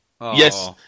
yes